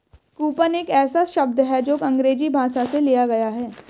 coupon एक ऐसा शब्द है जो अंग्रेजी भाषा से लिया गया है